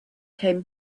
came